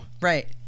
Right